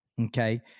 okay